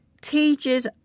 teaches